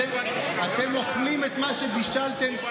אתם אוכלים את מה שבישלתם.